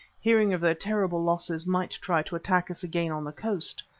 hearing of their terrible losses, might try to attack us again on the coast,